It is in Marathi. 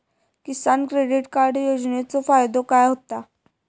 किसान क्रेडिट कार्ड योजनेचो फायदो काय होता?